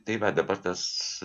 tai va dabar tas